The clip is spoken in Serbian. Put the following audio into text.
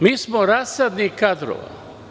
Mi smo rasadnik kadrova.